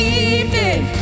evening